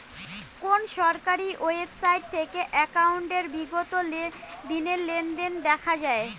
কোন সরকারি ওয়েবসাইট থেকে একাউন্টের বিগত দিনের লেনদেন দেখা যায়?